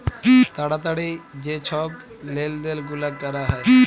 তাড়াতাড়ি যে ছব লেলদেল গুলা ক্যরা হ্যয়